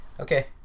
Okay